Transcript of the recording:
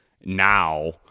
now